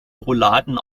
rouladen